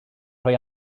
rhoi